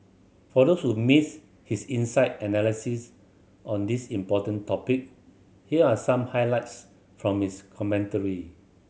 for those who missed his insight analysis on this important topic here are some highlights from his commentary